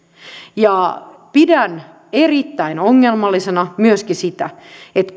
pidän erittäin ongelmallisena myöskin sitä että